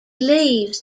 leaves